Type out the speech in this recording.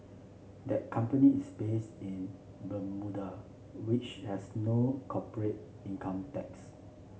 that company is based in Bermuda which has no corporate income tax